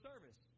service